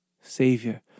Savior